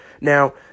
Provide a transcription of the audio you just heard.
Now